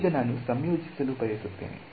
ಈಗ ನಾನು ಇದನ್ನು ಸಂಯೋಜಿಸಲು ಬಯಸುತ್ತೇನೆ